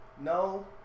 no